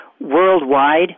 Worldwide